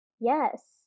Yes